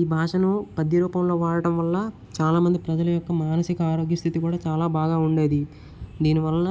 ఈ భాషను పద్య రూపంలో వాడటం వల్ల చాలా మంది ప్రజల యొక్క మానసిక ఆరోగ్య స్థితి కూడా చాలా బాగా ఉండేది దీనివలన